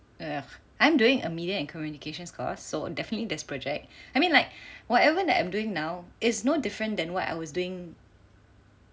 ugh I'm doing a media and communications course so definitely there is project I mean like whatever that I'm doing now is no different than what I was doing